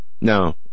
No